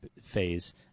phase